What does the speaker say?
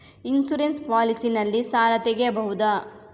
Insurance policy ನಲ್ಲಿ ಸಾಲ ತೆಗೆಯಬಹುದ?